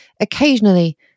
Occasionally